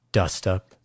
dust-up